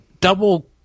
double